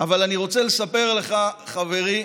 אבל אני רוצה לספר לך, חברי,